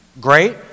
great